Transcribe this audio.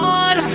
on